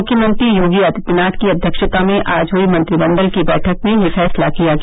मुख्यमंत्री योगी आदित्यनाथ की अध्यक्षता में आज हुई मंत्रिमंडल की बैठक में यह फैसला किया गया